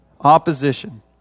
opposition